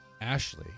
Ashley